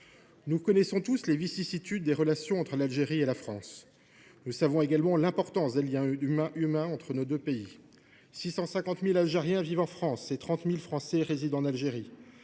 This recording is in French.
Nous connaissons tous les vicissitudes des relations entre l’Algérie et la France. Nous savons également l’importance des liens humains entre nos deux pays : 650 000 Algériens vivent en France et 30 000 Français résident en Algérie.